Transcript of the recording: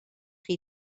chi